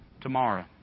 Tomorrow